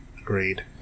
agreed